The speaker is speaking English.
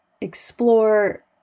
explore